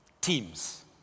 teams